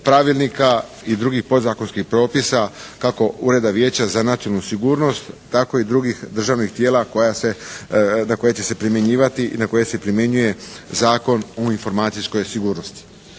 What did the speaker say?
pravilnika i drugih podzakonskih propisa kako Ureda Vijeća za nacionalnu sigurnost tako i drugih državnih tijela na koje će se primjenjivati i na koje se primjenjuje Zakon o informacijskoj sigurnosti.